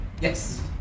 Yes